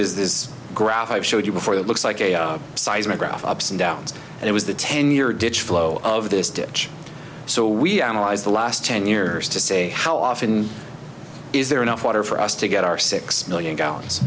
there's this graph i showed you before that looks like a seismograph ups and downs and it was the ten year ditch flow of this ditch so we analyzed the last ten years to say how often is there enough water for us to get our six million